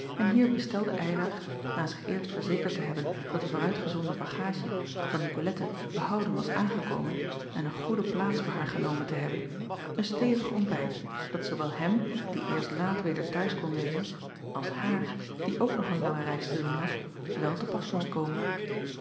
en hier bestelde ylar na zich eerst verzekerd te hebben dat de vooruitgezonden bagaadje van icolette behouden was aangekomen en een goede plaats voor haar genomen te hebben een stevig ontbijt dat zoowel hem die eerst laat weder t huis kon wezen als haar die ook nog een lange reis te doen had wel te pas moest komen